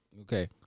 okay